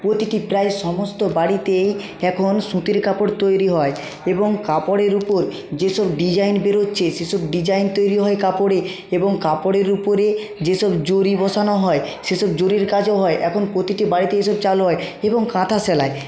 প্রতিটি প্রায় সমস্ত বাড়িতেই এখন সুতির কাপড় তৈরি হয় এবং কাপড়ের উপর যে সব ডিজাইন বেরোচ্ছে সে সব ডিজাইন তৈরি হয় কাপড়ে এবং কাপড়ের উপরে যে সব জড়ি বসানো হয় সে সব জরির কাজও হয় এখন প্রতিটি বাড়িতে এসব চালু হয় এবং কাঁথা সেলাই